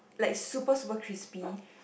like super super crispy